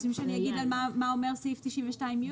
שאני אומר מה אומר סעיף 92(י)?